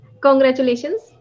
congratulations